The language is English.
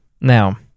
Now